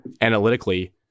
analytically